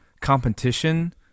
competition